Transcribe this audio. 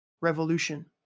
revolution